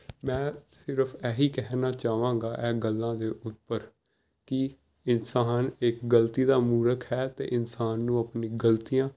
ਮੈਂ ਸਿਰਫ਼ ਇਹੀ ਕਹਿਣਾ ਚਾਹਾਂਗਾ ਇਹ ਗੱਲਾਂ ਦੇ ਉੱਪਰ ਕਿ ਇਨਸਾਨ ਇੱਕ ਗਲਤੀ ਦਾ ਮੂਰਖ ਹੈ ਅਤੇ ਇਨਸਾਨ ਨੂੰ ਆਪਣੀ ਗਲਤੀਆਂ